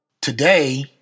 Today